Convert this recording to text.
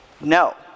No